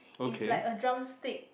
is like a drumstick